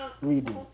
reading